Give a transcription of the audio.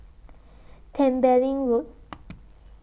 Tembeling Road